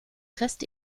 rest